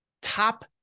top